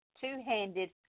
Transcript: two-handed